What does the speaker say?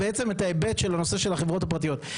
ההיבט של הנושא של החברות הפרטיות.